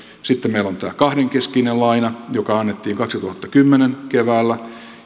sitten meillä on tämä kahdenkeskinen laina joka annettiin kaksituhattakymmenen keväällä